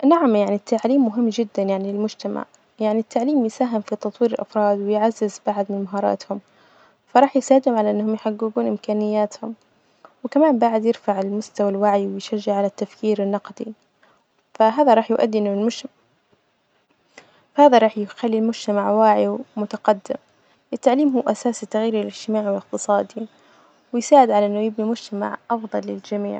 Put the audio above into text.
نعم يعني التعليم مهم جدا يعني للمجتمع، يعني التعليم يساهم في تطوير الأفراد ويعزز بعد من مهاراتهم، فراح يساعدهم على إنهم يحججون إمكانياتهم، وكمان بعد يرفع المستوى الوعي ويشجع على التفكير النقدي، فهذا راح يؤدي إنه المج- هذا راح يخلي المجتمع واعي ومتقدم، التعليم هو أساس التغيير الإجتماعي والإقتصادي، ويساعد على إنه يبني مجتمع أفضل للجميع.